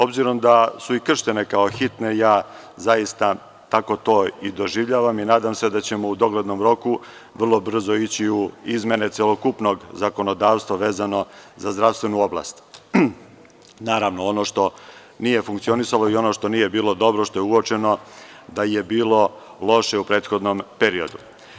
Obzirom da su i krštene kao hitne, ja zaista tako to i doživljavam i nadam se da ćemo u doglednom roku vrlo brzo ići u izmene celokupnog zakonodavstva vezano za zdravstvenu oblast, naravno, ono što nije funkcionisalo i ono što nije bilo dobro, što je uočeno da je bilo loše u prethodnom periodu.